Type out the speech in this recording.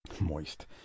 Moist